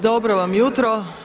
Dobro vam jutro.